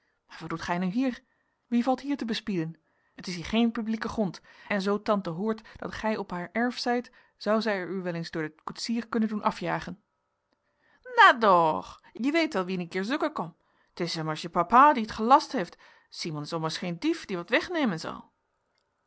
maar wat doet gij nu hier wie valt hier bespieden het is hier geen publieke grond en zoo tante hoort dat gij op haar erf zijt zou zij er u wel eens door den koetsier kunnen doen afjagen na doch je weet wel wien hik ier zoeken khom t his ommers je papha die et ghelast eeft shimon is ommers gheen dhief die wat wegnemen zal